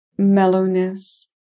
Mellowness